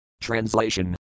Translation